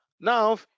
now